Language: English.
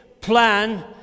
plan